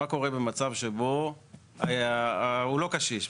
מה קורה במצב שבו הוא לא קשיש,